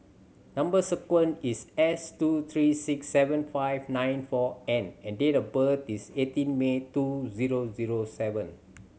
number sequence is S two three six seven five nine four N and date of birth is eighteen May two zero zero seven